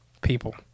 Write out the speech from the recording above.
people